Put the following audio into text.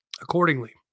accordingly